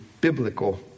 biblical